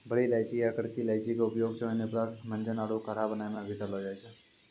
बड़ी इलायची या करकी इलायची के उपयोग च्यवनप्राश, मंजन आरो काढ़ा बनाय मॅ भी करलो जाय छै